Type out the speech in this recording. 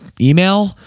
email